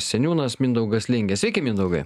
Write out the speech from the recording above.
seniūnas mindaugas lingė sveiki mindaugai